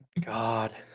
God